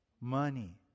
money